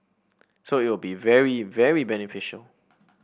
so it will be very very beneficial